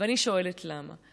ואני שואלת למה.